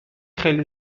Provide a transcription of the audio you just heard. خیلی